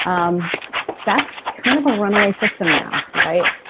um that's kind of a runaway system now, right?